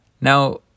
Now